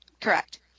Correct